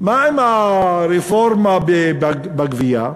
מה עם הרפורמה בגבייה?